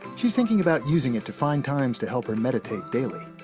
she's thinking about using it to find times to help her meditate daily.